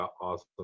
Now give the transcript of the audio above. awesome